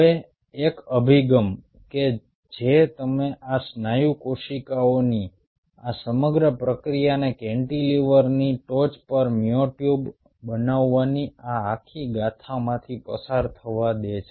હવે એક અભિગમ કે જે તમે આ સ્નાયુ કોશિકાઓની આ સમગ્ર પ્રક્રિયાને કેન્ટિલીવરની કેન્ટિલીવર ટોચ પર મ્યોટ્યુબ બનાવવાની આ આખી ગાથામાંથી પસાર થવા દે છે